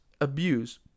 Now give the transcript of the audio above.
abuse